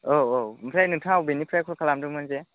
औ औ ओमफ्राय नोंथाङा बबेनिफ्राय कल खालामदोंमोन